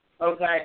okay